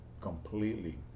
completely